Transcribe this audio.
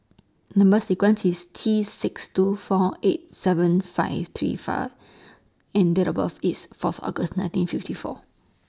Number sequence IS T six two four eight seven five three fur and Date of birth IS Fourth August nineteen fifty four